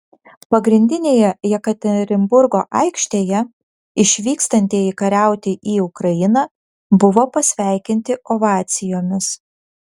pagrindinėje jekaterinburgo aikštėje išvykstantieji kariauti į ukrainą buvo pasveikinti ovacijomis